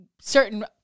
certain